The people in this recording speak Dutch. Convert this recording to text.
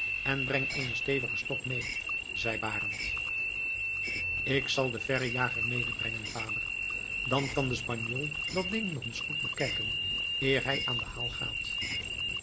en breng eenen stevigen stok mee zeide barend ik zal den verrejager medebrengen vader dan kan de spanjool dat ding nog eens goed bekijken eer hij aan den haal gaat